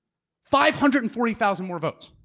five hundred and forty thousand more votes.